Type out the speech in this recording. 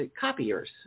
copiers